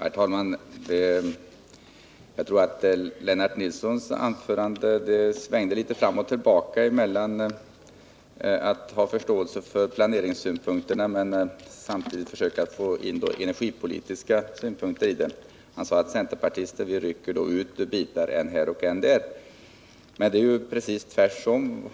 Herr talman! Lennart Nilssons anförande svängde litet fram och tillbaka mellan förståelse för planeringssynpunkterna och hänsyn till energipolitiska synpunkter. Lennart Nilsson sade att centerpartister rycker ut bitar än här och än där. Men det är precis tvärtemot